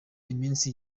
iminsi